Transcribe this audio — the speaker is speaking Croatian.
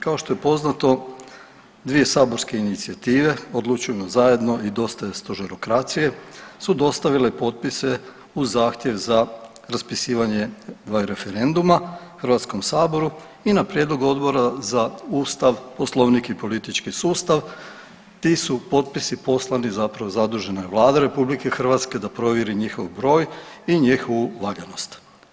Kao što je poznato dvije saborske inicijative „Odlučujmo zajedno“ i „Dosta je stožerokracije“ su dostavile potpise u zahtjev za raspisivanje dvaju referenduma HS-u i na prijedlog Odbora za Ustav, Poslovnik i politički sustav ti su potpisi poslani zapravo zadužena je Vlada RH da provjeri njihov broj i njihovu valjanost.